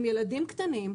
עם ילדים קטנים.